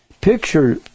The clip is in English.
Picture